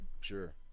Sure